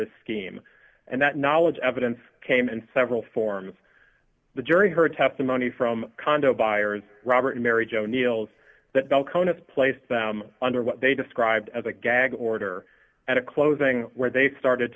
the scheme and that knowledge evidence came and several forms the jury heard testimony from condo buyers robert and mary jo neil's that bell conus placed them under what they described as a gag order at a closing where they started